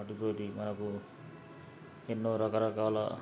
వాటితోటి మనకు ఎన్నో రకరకాల